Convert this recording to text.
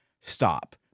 stop